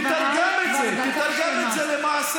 תתרגם את זה, תתרגם את זה למעשה.